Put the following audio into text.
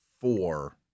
four